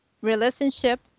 relationship